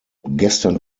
gestern